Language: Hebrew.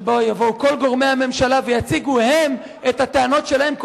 שבו יבואו כל גורמי הממשלה ויציגו הם את הטענות שלהם,